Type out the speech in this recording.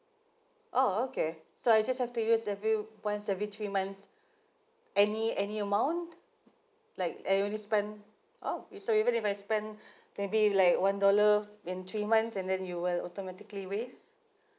oh okay so I just have to use every once every three months any any amount like I only spent !wow! if so even if I spent maybe like one dollar in three months and then you will automatically waive